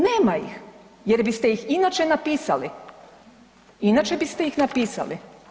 Nema ih jer biste ih inače napisali, inače biste ih napisali.